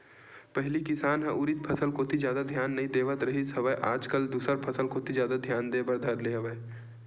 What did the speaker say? पहिली किसान ह उरिद फसल कोती जादा धियान नइ देवत रिहिस हवय आज कल दूसर फसल कोती जादा धियान देय बर धर ले हवय